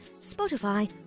Spotify